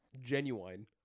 Genuine